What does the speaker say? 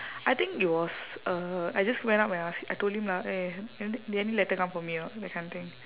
I think it was uh I just went up and ask I told him lah eh an~ did any letter come for me or not that kind of thing